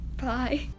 Bye